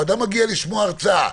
או אדם מגיע לשמוע הרצאה,